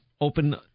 open